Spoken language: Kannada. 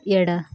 ಎಡ